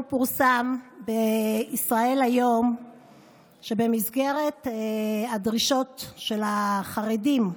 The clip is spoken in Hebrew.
היום פורסם בישראל היום שבמסגרת הדרישות של החרדים,